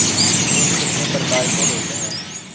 ऋण कितने प्रकार के होते हैं?